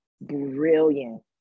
brilliant